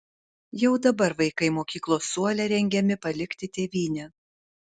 jau dabar vaikai mokyklos suole rengiami palikti tėvynę